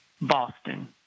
Boston